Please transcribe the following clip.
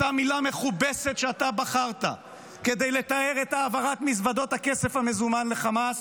אותה מילה מכובסת שבחרת כדי לתאר את העברת מזוודות הכסף המזומן לחמאס,